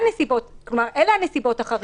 אלה הנסיבות החריגות.